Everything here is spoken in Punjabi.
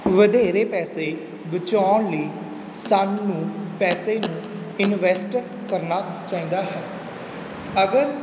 ਵਧੇਰੇ ਪੈਸੇ ਬਚਾਉਣ ਲਈ ਸਾਨੂੰ ਪੈਸੇ ਨੂੰ ਇਨਵੈਸਟ ਕਰਨਾ ਚਾਹੀਦਾ ਹੈ ਅਗਰ